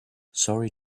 sorry